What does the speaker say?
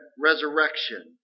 resurrection